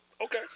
Okay